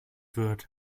wird